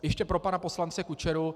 Ještě pro pana poslance Kučeru.